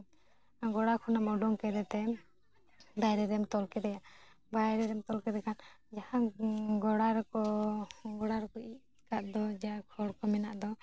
ᱜᱚᱲᱟ ᱠᱷᱚᱱᱮᱢ ᱠᱷᱚᱱᱮᱢ ᱩᱰᱩᱝ ᱠᱮᱫᱮᱛᱮ ᱵᱟᱭᱨᱮ ᱨᱮᱢ ᱛᱚᱞ ᱠᱚᱫᱚᱭᱟ ᱵᱟᱭᱨᱮ ᱨᱮᱢ ᱛᱚᱞ ᱠᱮᱫᱮ ᱠᱷᱟᱱ ᱡᱟᱦᱟᱱ ᱜᱚᱲᱟ ᱨᱮᱠᱚ ᱜᱚᱲᱟ ᱨᱚᱠᱮ ᱤᱡ ᱠᱟᱫ ᱫᱚ ᱡᱟ ᱠᱷᱚᱲ ᱠᱚ ᱢᱮᱱᱟᱜ ᱫᱚ